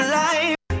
life